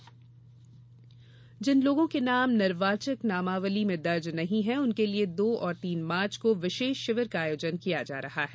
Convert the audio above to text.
निर्वाचक नामावली जिन लोगों के नाम निर्वाचक नामावली में दर्ज नहीं हैं उनके लिए दो और तीन मार्च को विशेष शिविर का आयोजन किया जा रहा है